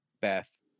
Beth